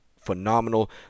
phenomenal